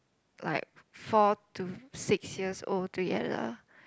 like four to six years old to ya lah